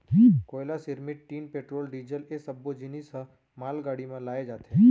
कोयला, सिरमिट, tin, petrol, diesel ए सब्बो जिनिस ह मालगाड़ी म लाए जाथे